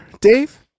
Dave